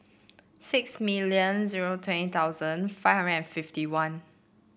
six million zero twenty thousand five hundred and fifty one